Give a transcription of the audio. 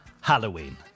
Halloween